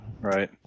Right